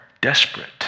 desperate